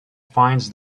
finds